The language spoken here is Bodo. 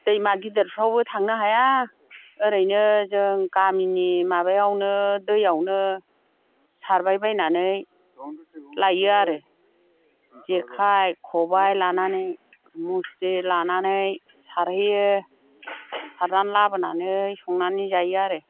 दैमा गिदिरफ्रावबो थांनो हाया ओरैनो जों गामिनि माबायावनो दैयावनो सारबायबायनानै लायो आरो जेखाइ खबाइ लानानै मुस्रि लानानै सारहैयो सारनानै लाबोनानै संनानै जायो आरो